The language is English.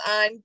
on